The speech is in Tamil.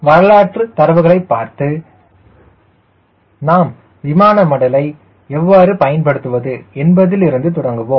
வரலாற்றுத் தரவுகளைப் பார்த்து நாம் விமான மடலை எவ்வாறு பயன்படுத்துவது என்பதிலிருந்து தொடங்குவோம்